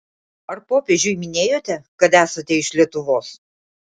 ar popiežiui minėjote kad esate iš lietuvos